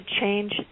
change